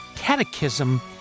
catechism